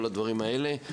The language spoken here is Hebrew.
כל הדברים האלה,